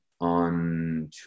on